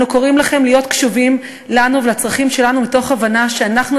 אנו קוראים לכם להיות קשובים לנו ולצרכים שלנו מתוך הבנה שאנחנו